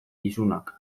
isunak